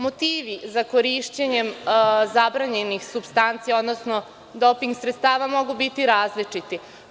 Motivi za korišćenjem zabranjenih supstanci, odnosno doping sredstava mogu biti različiti.